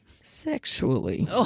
Sexually